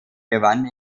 gewann